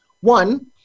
One